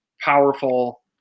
powerful